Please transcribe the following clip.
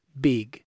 big